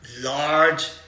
large